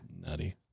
Nutty